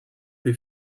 who